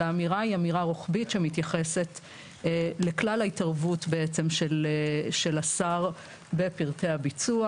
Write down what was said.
האמירה היא אמירה רוחבית שמתייחסת לכלל ההתערבות של השר בפרטי הביצוע.